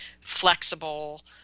flexible